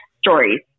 stories